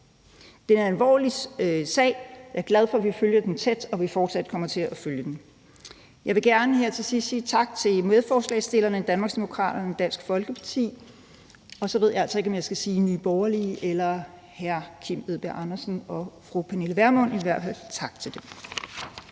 Det er en alvorlig sag, og jeg er glad for, at vi følger den tæt, og at vi fortsat kommer til at følge den. Jeg vil gerne her til sidst sige tak til medforslagsstillerne i Danmarksdemokraterne og Dansk Folkeparti, og så ved jeg altså ikke, om jeg skal sige Nye Borgerlige eller hr. Kim Edberg Andersen og fru Pernille Vermund. I hvert fald tak til dem.